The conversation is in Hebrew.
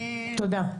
תודה.